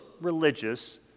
religious